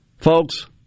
folks